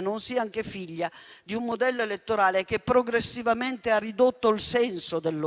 non sia anche figlia di un modello elettorale che progressivamente ha ridotto il senso del loro